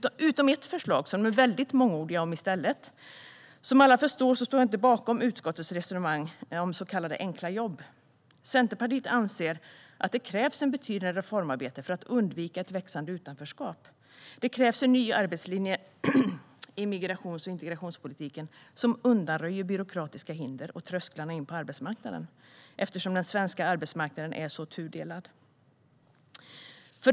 Det är ett förslag som de i stället är väldigt mångordiga om. Som alla förstår står jag inte bakom utskottets resonemang om så kallade enkla jobb. Centerpartiet anser att det krävs ett betydande reformarbete för att undvika ett växande utanförskap. Det krävs en ny arbetslinje i migrations och integrationspolitiken som undanröjer byråkratiska hinder och trösklarna in på arbetsmarknaden, eftersom den svenska arbetsmarknaden är tudelad.